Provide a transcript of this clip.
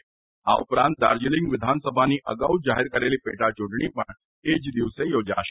એવી જ રીતે દાર્જીલીંગ વિધાનસભાની અગાઉ જાહેર કરેલી પેટાચૂંટણી પણ એ જ દિવસે યોજાશે